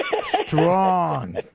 strong